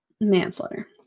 Manslaughter